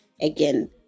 again